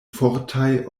fortaj